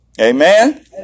Amen